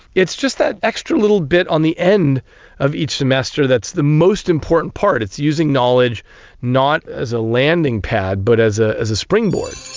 it's just that extra little bit on the end of each semester that's the most important part, it's using knowledge not as a landing pad but as ah as a springboard.